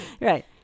right